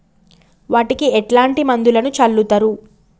వాటికి ఎట్లాంటి మందులను చల్లుతరు?